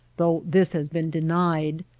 though this has been denied.